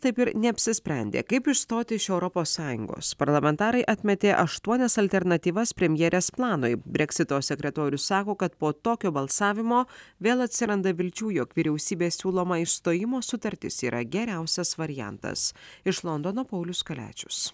taip ir neapsisprendė kaip išstoti iš europos sąjungos parlamentarai atmetė aštuonias alternatyvas premjerės planui breksito sekretorius sako kad po tokio balsavimo vėl atsiranda vilčių jog vyriausybės siūloma išstojimo sutartis yra geriausias variantas iš londono paulius kaliačius